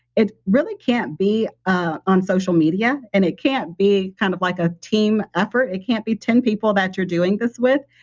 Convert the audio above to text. it really can't be ah on social media and it can't be kind of like a team effort. it can be ten people that you're doing this with.